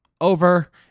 over